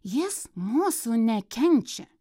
jis mūsų nekenčia